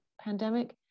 pandemic